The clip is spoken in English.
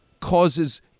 causes